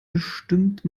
bestimmt